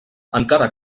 encara